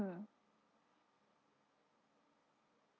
mm